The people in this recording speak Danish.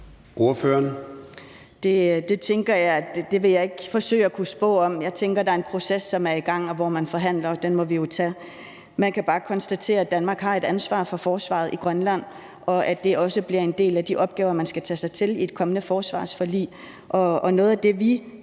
Det tænker jeg at jeg ikke vil forsøge at spå om. Jeg tænker, at der er en proces i gang, hvor man forhandler, og den må vi jo tage. Man kan bare konstatere, at Danmark har et ansvar for forsvaret i Grønland, og at det også bliver en del af de opgaver, man skal tage fat på i et kommende forsvarsforlig.